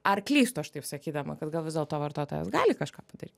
ar klystu aš taip sakydama kad gal vis dėl to vartotojas gali kažką padary